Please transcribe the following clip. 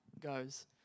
goes